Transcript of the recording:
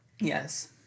Yes